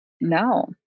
No